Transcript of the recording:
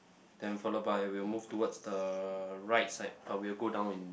then followed by we'll move towards the right side but we will go down in